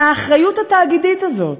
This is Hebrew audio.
והאחריות התאגידית הזאת,